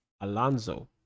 Alonso